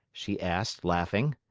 she asked, laughing.